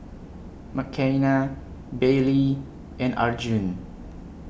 Mckenna Baylee and Arjun